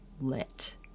lit